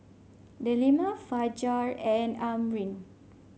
Delima Fajar and Amrin